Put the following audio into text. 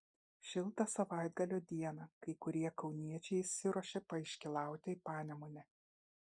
šiltą savaitgalio dieną kai kurie kauniečiai išsiruošė paiškylauti į panemunę